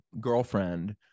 girlfriend